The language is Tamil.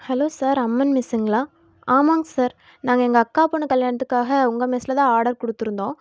ஹலோ சார் அம்மன் மெஸ்சுங்களா ஆமாங்க சார் நாங்கள் எங்கள் அக்கா பொண்ணு கல்யாணத்துக்காக உங்கள் மெஸ்ல தான் ஆர்டர் கொடுத்துருந்தோம்